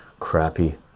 Crappy